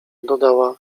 dodała